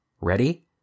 Ready